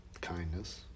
kindness